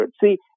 See